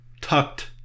tucked